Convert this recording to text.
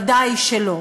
ודאי שלא.